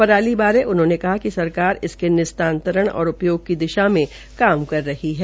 पराली बारे उनहोंने कहा कि सरकार इसके निस्तातरण और उपयोग की दिशा में काम कर रही है